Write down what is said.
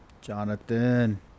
Jonathan